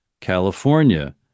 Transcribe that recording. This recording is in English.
California